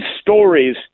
stories